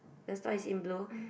the store is in blue